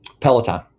Peloton